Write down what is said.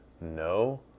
no